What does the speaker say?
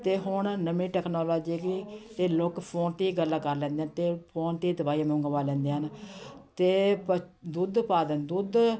ਅਤੇ ਹੁਣ ਨਵੀਂ ਟੈਕਨੋਲੋਜੀ ਆ ਗਈ ਅਤੇ ਲੋਕ ਫ਼ੋਨ 'ਤੇ ਗੱਲਾਂ ਕਰ ਲੈਂਦੇ ਹਨ ਅਤੇ ਫ਼ੋਨ 'ਤੇ ਦਵਾਈ ਮੰਗਵਾ ਲੈਂਦੇ ਹਨ ਅਤੇ ਪ ਦੁੱਧ ਪਾ ਦਿੰਦੇ ਦੁੱਧ